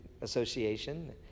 Association